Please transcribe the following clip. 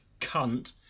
cunt